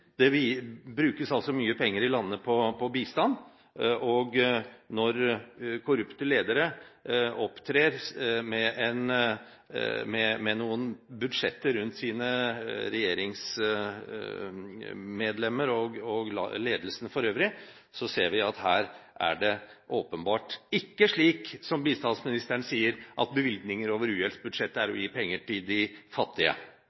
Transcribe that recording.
altså mye penger i bistand. Når korrupte ledere opptrer med noen budsjetter rundt sine regjeringsmedlemmer – og ledelsen for øvrig – ser vi at her er det åpenbart ikke slik som bistandsministeren sier, at bevilgninger over u-hjelpsbudsjettet er å gi penger til de fattige.